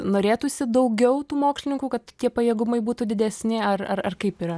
norėtųsi daugiau tų mokslininkų kad tie pajėgumai būtų didesni ar ar kaip yra